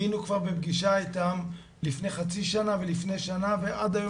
היינו בפגישה איתם לפני חצי שנה ולפני שנה ועד היום